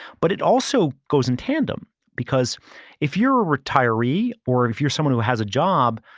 but it also goes in tandem because if you're a retiree or if you're someone who has a job,